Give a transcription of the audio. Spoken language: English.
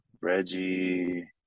Reggie